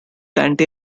dante